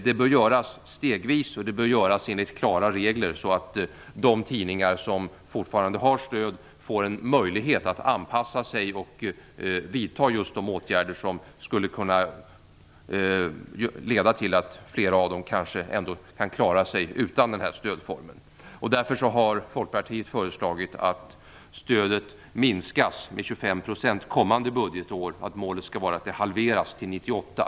Det bör göras stegvis, och det bör göras enligt klara regler så att de tidningar som fortfarande har stöd får en möjlighet att anpassa sig och vidta de åtgärder som kan leda till att flera av dem kan klara sig utan den här stödformen. Därför har Folkpartiet föreslagit att stödet minskas med 25 % kommande budgetår och att målet skall vara att det halveras till 1998.